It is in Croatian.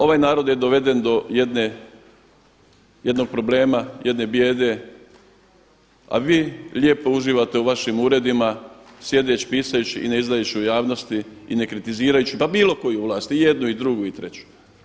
Ovaj narod je doveden do jednog problema, jedne bijede, a vi lijepo uživate u vašim uredima sjedeć, pisajući i ne izdajući u javnosti i ne kritizirajući pa bilo koju vlas i jednu i drugu i treću.